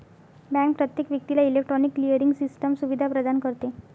bank प्रत्येक व्यक्तीला electronic clearing system सुविधा प्रदान करते